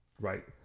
Right